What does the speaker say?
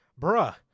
bruh